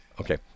okay